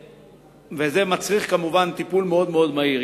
וזה מצריך כמובן טיפול מאוד מאוד מהיר.